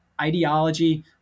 ideology